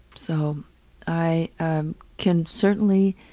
so i can certainly